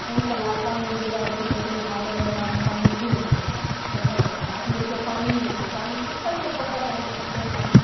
एहि तलाब पानि जादा देखियौ अखनी भादव महीनामे पानि फूल भए जाइ छै पोखर तलाबमे अखन देखियौ पानि नहि छै पानि सुखल छै पोखरि आरमे सटे पानी